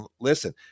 listen